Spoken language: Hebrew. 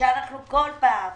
שכל פעם